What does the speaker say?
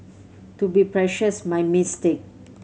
to be precious my mistake